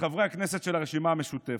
בחברי הכנסת של הרשימה המשותפת.